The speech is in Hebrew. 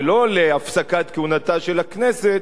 ולא להפסקת כהונתה של הכנסת,